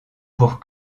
pour